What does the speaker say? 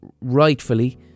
rightfully